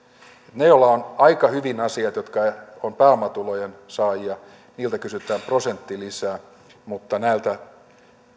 niiltä joilla on aika hyvin asiat jotka ovat pääomatulojen saajia kysytään prosentti lisää mutta näiltä